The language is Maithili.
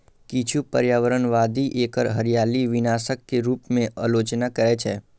किछु पर्यावरणवादी एकर हरियाली विनाशक के रूप मे आलोचना करै छै